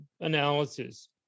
analysis